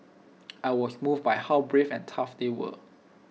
I was moved by how brave and tough they were